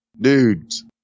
dudes